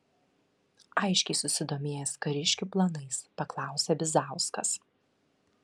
aiškiai susidomėjęs kariškių planais paklausė bizauskas